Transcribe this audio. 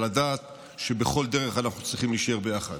אבל לדעת שבכל דרך אנחנו צריכים להישאר ביחד.